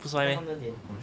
看不出来诶